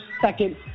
second